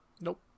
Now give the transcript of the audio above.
Nope